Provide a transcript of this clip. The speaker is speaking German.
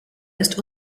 ist